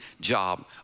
job